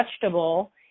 vegetable